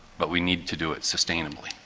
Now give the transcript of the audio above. but we need to do it sustainably,